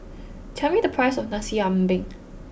tell me the price of Nasi Ambeng